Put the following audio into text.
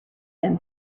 them